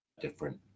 different